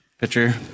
picture